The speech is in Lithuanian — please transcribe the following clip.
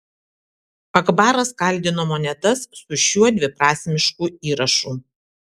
akbaras kaldino monetas su šiuo dviprasmišku įrašu